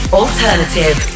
alternative